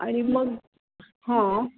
आणि मग हां